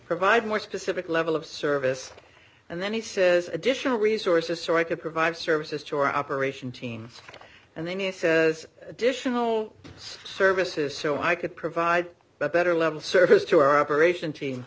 provide more specific level of service and then he says additional resources so i can provide services to our operation teams and then he says additional services so i could provide a better level surface to our operation team